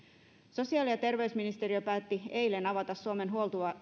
sosiaali ja terveysministeriö päätti eilen avata suomen